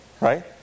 right